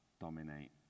dominate